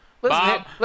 Bob